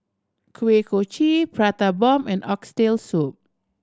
Kuih Kochi Prata Bomb and Oxtail Soup